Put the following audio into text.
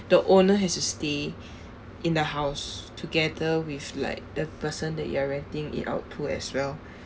the owner has to stay in the house together with like the person that you are renting it out to as well